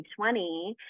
2020